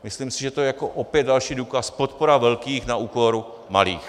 Myslím si, že to je opět další důkaz podpora velkých na úkor malých.